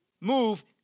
move